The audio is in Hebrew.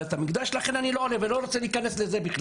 בית המקדש ולכן אני לא עולה ולא רוצה להיכנס לזה.